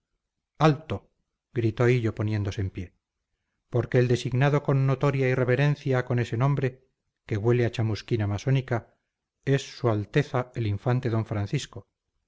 alto gritó hillo poniéndose en pie porque el designado con notoria irreverencia con ese nombre que huele a chamusquina masónica es s a el infante d francisco